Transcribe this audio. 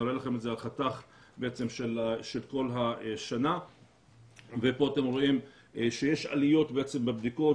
נראה לכם את זה על חתך של כל השנה ופה אתם רואים שיש עליות בבדיקות,